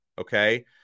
Okay